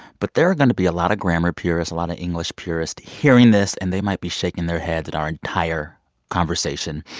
but there are going to be a lot of grammar purists, a lot of english purists hearing this. and they might be shaking their heads at our entire conversation.